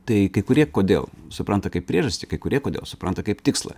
tai kai kurie kodėl supranta kaip priežastį kai kurie kodėl supranta kaip tikslą